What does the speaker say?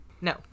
No